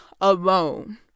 alone